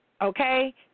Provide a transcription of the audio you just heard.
Okay